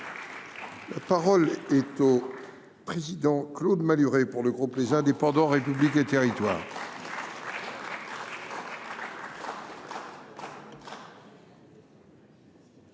La parole est à M. Claude Malhuret, pour le groupe Les Indépendants – République et Territoires.